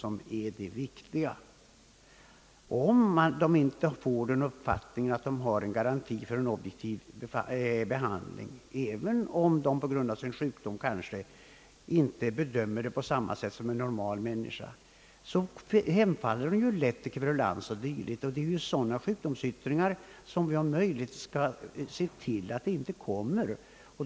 Om de inte får den uppfattningen att de har en garanti för en objektiv behandling — även om de sjuka på grund av sin sjukdom kanske inte bedömer saken på samma sätt som en normal människa — hemfaller de lätt till kverulans. Det är sådana sjukdomsuttryck, som vi om möjligt skall söka eliminera.